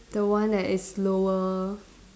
the one that is slower